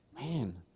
man